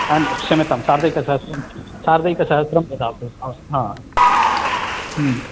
क्षम्यताम् सार्धैकसहस्रं सार्धैकसहस्रं ददातु अस्तु हा